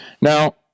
Now